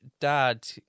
dad